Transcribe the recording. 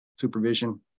supervision